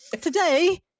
today